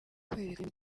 kwerekana